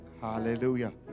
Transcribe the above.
Hallelujah